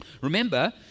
Remember